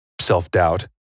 self-doubt